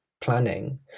planning